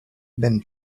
ben